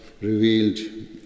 revealed